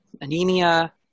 anemia